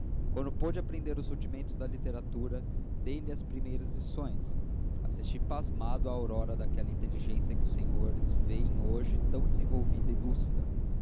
quando pôde aprender os rudimentos da leitura dei-lhe as primeiras lições assisti pasmado à aurora daquela inteligência que os senhores vêem hoje tão desenvolvida e lúcida